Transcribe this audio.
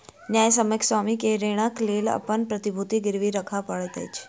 न्यायसम्यक स्वामी के ऋणक लेल अपन प्रतिभूति गिरवी राखअ पड़ैत अछि